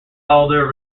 alder